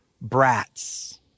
brats